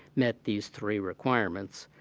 met these three requirements,